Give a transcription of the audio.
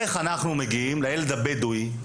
איך אנחנו מגיעים לילד הבדואי,